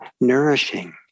nourishing